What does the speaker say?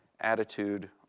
attitude